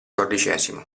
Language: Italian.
xiv